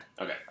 Okay